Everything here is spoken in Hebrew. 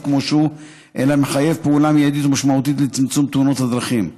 כמו שהוא אלא מחייב פעולה מיידית ומשמעותית לצמצום תאונות הדרכים.